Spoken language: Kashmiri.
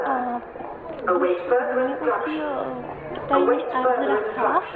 ٲں بہٕ مےٚ اوس یہِ تۄہہ نِش عرضہٕ رَژھا اکھ